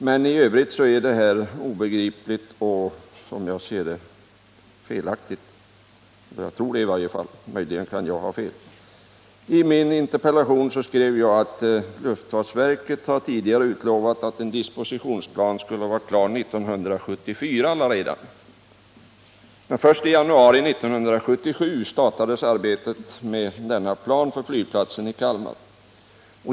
Men i övrigt är svaret obegripligt och som jag ser det felaktigt — möjligen kan jag ha fel. I min interpellation skrev jag att luftfartsverket tidigare utlovat att en diskussionsplan skulle vara klar redan 1974. Men först i januari 1977 startades arbetet med denna plan för flygplatsen i Kalmar.